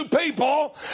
people